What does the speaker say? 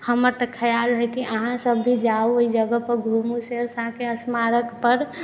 हमर तऽ ख्याल है कि अहाँसब भी जाउ ओहि जगहपर घूमू शेरशाह सूरीके स्मारकपर